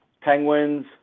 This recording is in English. Penguins